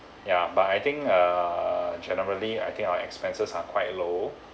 ya but I think uh generally I think I expenses are quite low